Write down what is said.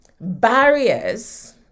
barriers